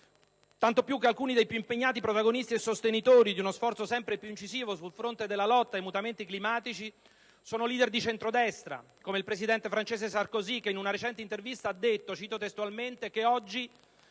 tanto più che alcuni dei più impegnati protagonisti e sostenitori di uno sforzo sempre più incisivo sul fronte della lotta ai mutamenti climatici sono leader di centrodestra, come il presidente francese Sarkozy, che in una recente intervista ha detto (cito testualmente) che oggi